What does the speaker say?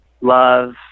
love